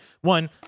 One